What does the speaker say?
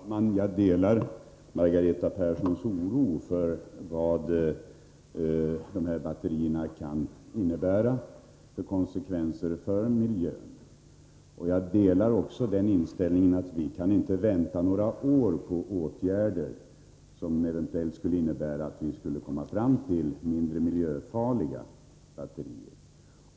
Herr talman! Även jag är orolig, Margareta Persson, för vad de miljöfarliga batterierna kan leda till när det gäller miljön. Vidare har också jag den inställningen att vi inte kan vänta några år på åtgärder, som eventuellt skulle innebära att vi fick mindre miljöfarliga batterier,